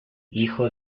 hijo